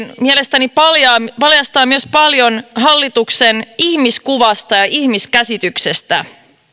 mielestäni paljastaa paljastaa myös paljon hallituksen ihmiskuvasta ja ihmiskäsityksestä